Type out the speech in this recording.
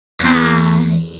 Hi